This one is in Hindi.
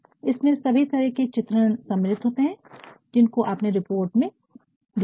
इसमें सभी तरह के चित्रण सम्मिलित होते हैं जिसको आपने रिपोर्ट में लिखा है